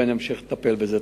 ואני אמשיך לטפל בזה.